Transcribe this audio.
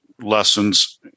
Lessons